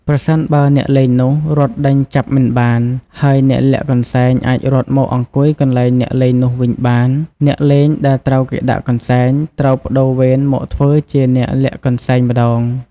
ប្រសិនបើអ្នកលេងនោះរត់ដេញចាប់មិនបាន ហើយអ្នកលាក់កន្សែងអាចរត់មកអង្គុយកន្លែងអ្នកលេងនោះវិញបាន អ្នកលេងដែលត្រូវគេដាក់កន្សែង ត្រូវប្ដូរវេនមកធ្វើជាអ្នកលាក់កន្សែងម្ដង ។